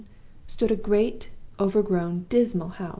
stood a great overgrown dismal house,